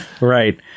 Right